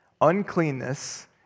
Uncleanness